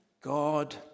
God